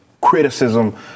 criticism